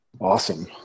Awesome